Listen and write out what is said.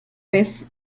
vez